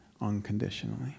unconditionally